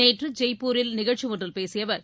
நேற்று ஜெய்ப்பூரில் நிகழ்ச்சியொன்றில் பேசிய அவர்